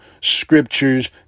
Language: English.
scriptures